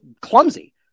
clumsy